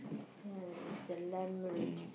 ya the lamb ribs